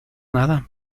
nadan